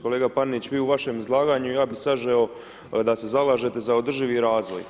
Kolega Panenić, vi u vašem izlaganju ja bih sažeo da se zalažete za održivi razvoj.